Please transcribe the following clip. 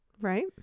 Right